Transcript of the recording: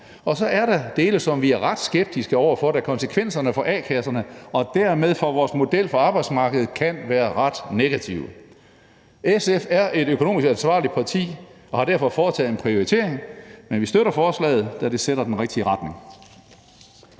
Og så er der dele, som vi er ret skeptiske over for, da konsekvenserne for a-kasserne – og dermed for vores model for arbejdsmarkedet – kan være ret negative. SF er et økonomisk ansvarligt parti og har derfor foretaget en prioritering. Men vi støtter forslaget, da det sætter den rigtige regning.